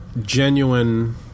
genuine